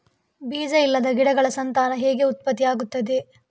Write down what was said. ಬೀಜ ಇಲ್ಲದ ಗಿಡಗಳ ಸಂತಾನ ಹೇಗೆ ಉತ್ಪತ್ತಿ ಆಗುತ್ತದೆ?